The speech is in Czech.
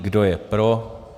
Kdo je pro?